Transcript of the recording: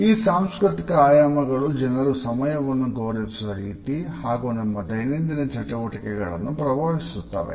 ಈ ಸಾಂಸ್ಕೃತಿಕ ಆಯಾಮಗಳು ಜನರು ಸಮಯವನ್ನು ಗೌರವಿಸುವ ರೀತಿ ಹಾಗೂ ನಮ್ಮ ದೈನಂದಿನ ಚಟುವಟಿಕೆಗಳನ್ನು ಪ್ರಭಾವಿಸುತ್ತವೆ